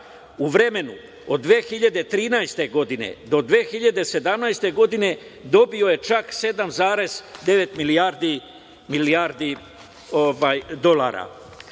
u vreme od 2013. do 2017. godine dobio je čak 7,9 milijardi dolara.